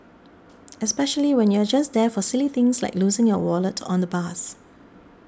especially when you're just there for silly things like losing your wallet on the bus